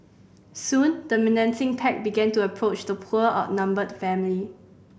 soon the menacing pack began to approach the poor outnumbered family